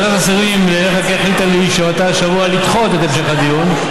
ועדת השרים לענייני חקיקה החליטה בישיבתה השבוע לדחות את המשך הדיון,